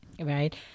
Right